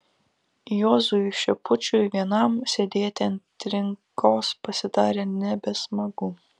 juozui šepučiui vienam sėdėti ant trinkos pasidarė nebesmagu